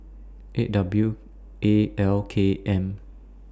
eight W A L K M